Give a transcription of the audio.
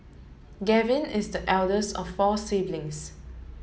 Gavin is the eldest of four siblings